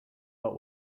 what